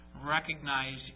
recognize